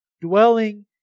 dwelling